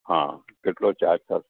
હા કેટલો ચાર્જ